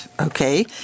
Okay